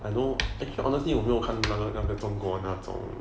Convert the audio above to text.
I know actually honestly 我没有看中国那种